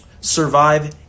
Survive